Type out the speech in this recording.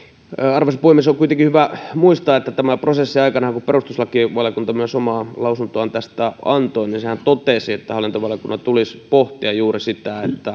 arvoisa puhemies on kuitenkin hyvä muistaa että kun tässä prosessissa aikanaan perustuslakivaliokunta myös omaa lausuntoaan tästä antoi niin sehän totesi että hallintovaliokunnan tulisi pohtia juuri sitä